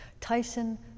Tyson